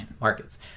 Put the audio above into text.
markets